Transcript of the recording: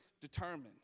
determined